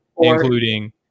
including